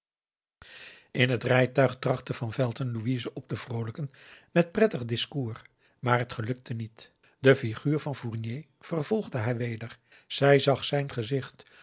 in het rijtuig trachtte van velton louise op te vroolijken met prettig discours maar het gelukte niet de figuur van fournier vervolgde haar weder zij zag zijn gezicht